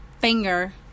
finger